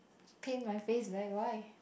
paint my face like why